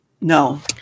No